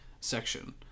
section